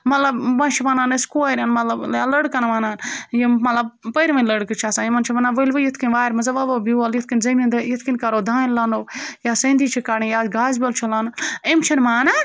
مطلب وَنۍ چھِ وَنان أسۍ کورٮ۪ن مطلب یا لٔڑکَن وَنان یِم مطلب پٔرۍوٕنۍ لٔڑکہٕ چھِ آسان یِمَن چھِ وَنان ؤلۍوُ یِتھ کٔنۍ وارِ منٛز ہا وَوۄ بیول یِتھ کٔنۍ زٔمیٖندٲ یِتھ کٔنۍ کَرو دانہِ لَنو یا سٔندی چھِ کَڑٕنۍ یا گاسہٕ بیول چھُ لونُن یِم چھِنہٕ مانان